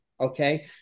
Okay